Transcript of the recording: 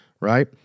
right